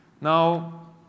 Now